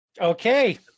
Okay